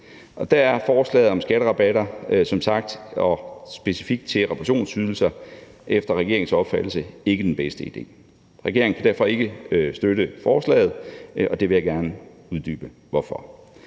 der er forslaget om skatterabatter specifikt på reparationsydelser efter regeringens opfattelse som sagt ikke den bedste idé. Regeringen kan derfor ikke støtte forslaget, og jeg vil gerne uddybe hvorfor.